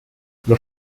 los